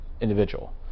individual